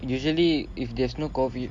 usually if there's no COVID